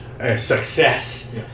success